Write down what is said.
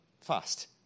fast